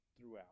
throughout